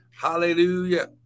hallelujah